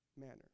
manner